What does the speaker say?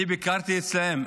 אני ביקרתי אצלם,